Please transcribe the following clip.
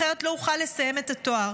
אחרת לא אוכל לסיים את התואר,